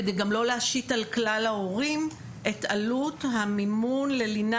כדי גם לא להשית על כלל ההורים את עלות המימון ללינה,